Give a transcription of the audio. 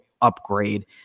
upgrade